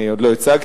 אני עוד לא הצגתי,